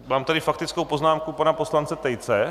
Mám tady faktickou poznámku pana poslance Tejce.